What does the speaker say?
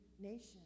nation